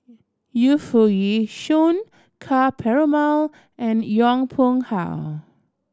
Yu Foo Yee Shoon Ka Perumal and Yong Pung How